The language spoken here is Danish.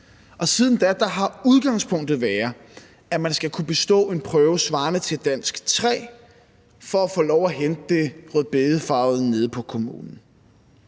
Og siden da har udgangspunktet været, at man skal kunne bestå en prøve svarende til dansk 3 for at få lov at hente det rødbedefarvede pas nede på kommunen.